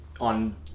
on